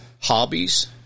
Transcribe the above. hobbies